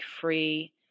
free